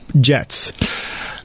Jets